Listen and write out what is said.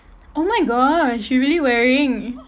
oh my gosh you really wearing